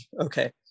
okay